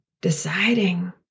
deciding